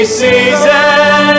season